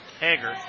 Hager